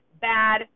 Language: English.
bad